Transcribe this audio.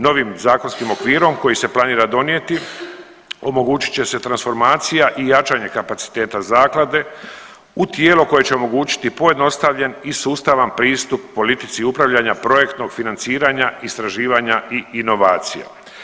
Novim zakonskim okvirom koji se planirati donijeti omogućit će se transformacija i jačanje kapaciteta zaklade u tijelo koje će omogućiti pojednostavljen i sustavan pristup politici upravljanja projektnog financiranja, istraživanja i inovacija.